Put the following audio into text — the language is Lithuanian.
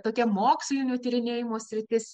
tokia mokslinių tyrinėjimų sritis